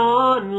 on